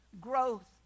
growth